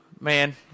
Man